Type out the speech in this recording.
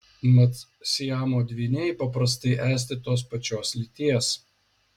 mat siamo dvyniai paprastai esti tos pačios lyties